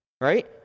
right